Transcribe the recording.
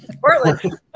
Portland